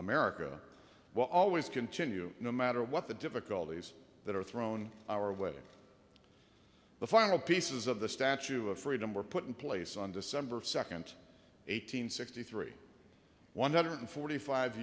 america will always continue no matter what the difficulties that are thrown our wedding the final pieces of the statue of freedom were put in place on december second eight hundred sixty three one hundred forty five